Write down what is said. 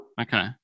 Okay